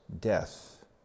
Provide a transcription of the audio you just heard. death